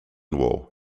war